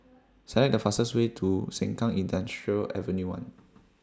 Select The fastest Way to Sengkang Industrial Avenue one